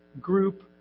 group